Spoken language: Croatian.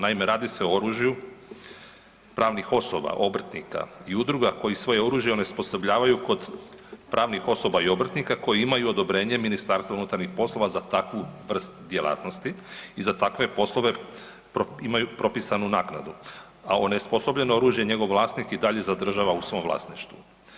Naime, radi se o oružju pravnih osoba, obrtnika i udruga koji svoje oružje onesposobljavaju kod pravnih osoba i obrtnika koji imaju odobrenje MUP-a za takvu vrst djelatnosti i za takve poslove imaju propisanu naknadu, a onesposobljeno oružje njegov vlasnik i dalje zadržava u svom vlasništvu.